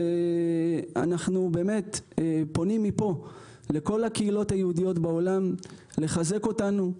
אנחנו פונים מפה לכל הקהילות היהודיות בעולם לחזק אותנו,